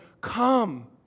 come